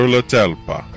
LaTelpa